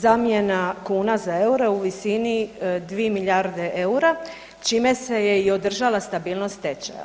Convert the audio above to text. Zamjena kuna za eure u visini 2 milijarde eura, čime se je i održala stabilnost tečaja.